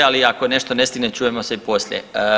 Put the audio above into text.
Ali ako nešto ne stignem, čujemo se i poslije.